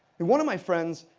and one of my friends,